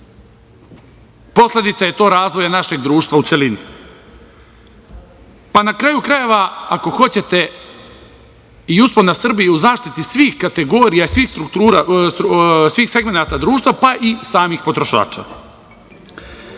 Posledica je to razvoja našeg društva u celini, pa na kraju krajeva ako hoćete i uspon na Srbiju u zaštiti svih kategorija i svih segmenata društva, pa i samih potrošača.E